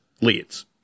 leads